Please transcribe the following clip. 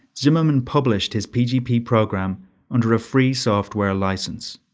zimmermann published his pgp program under a free software license.